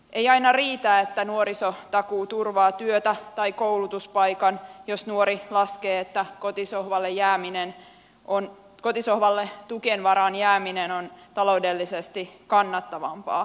ei aina riitä että nuorisotakuu turvaa työtä tai koulutuspaikan jos nuori laskee että kotisohvalle tukien varaan jääminen on taloudellisesti kannattavampaa